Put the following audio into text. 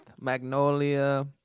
Magnolia